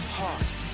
hearts